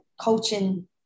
coaching